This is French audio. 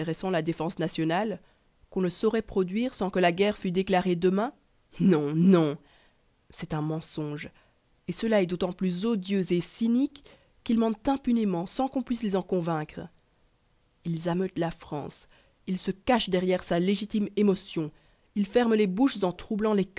la défense nationale qu'on ne saurait produire sans que la guerre fût déclarée demain non non c'est un mensonge et cela est d'autant plus odieux et cynique qu'ils mentent impunément sans qu'on puisse les en convaincre ils ameutent la france ils se cachent derrière sa légitime émotion ils ferment les bouches en troublant les